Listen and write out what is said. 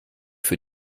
für